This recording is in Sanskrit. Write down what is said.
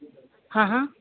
हा हा